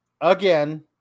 again